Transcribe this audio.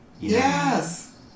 yes